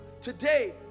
today